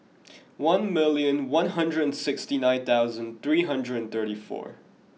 one million one hundred and sixty nine thousand three hundred and thirty four